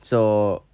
so